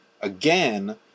again